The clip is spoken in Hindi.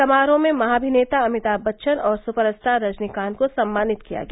समारोह में महामिनेता अमिताभ बच्चन और सुपर स्टार रजनीकांत को सम्मानित किया गया